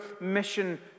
mission